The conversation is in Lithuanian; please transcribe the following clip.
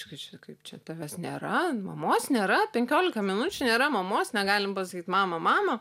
tu gi čia kaip čia tavęs nėra mamos nėra penkiolika minučių nėra mamos negalim pasakyt mama mama